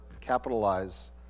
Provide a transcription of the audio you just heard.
capitalize